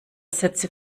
sätze